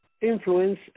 influence